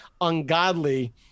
ungodly